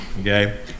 Okay